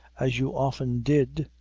as you often did!